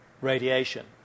radiation